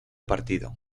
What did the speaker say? partido